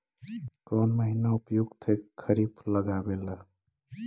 कौन महीना उपयुकत है खरिफ लगावे ला?